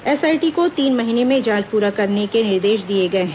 SIT को तीन तथा महीने में जांच पूरा करने का निर्देश दिया गया है